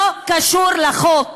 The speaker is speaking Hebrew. לא קשור לחוק.